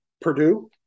Purdue